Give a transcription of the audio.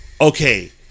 okay